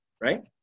right